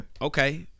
Okay